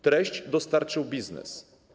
Treści dostarczył biznes.